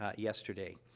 ah yesterday.